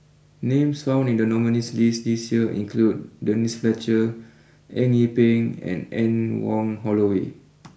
names found in the nominees list this year include Denise Fletcher Eng Yee Peng and Anne Wong Holloway